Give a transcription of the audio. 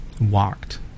Walked